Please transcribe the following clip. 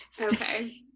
Okay